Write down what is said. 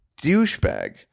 douchebag